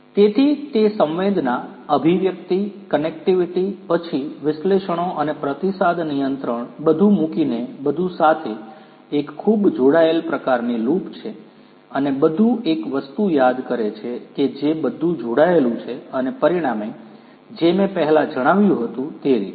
તેથી તે સંવેદના અભિવ્યક્તિ કનેક્ટિવિટી પછી વિશ્લેષણો અને પ્રતિસાદ નિયંત્રણ બધું મૂકીને બધું સાથે એક ખૂબ જોડાયેલ પ્રકારની લૂપ છે અને બધું એક વસ્તુ યાદ કરે છે કે જે બધું જોડાયેલું છે અને પરિણામે જે મેં પહેલા જણાવ્યું હતું તે રીતે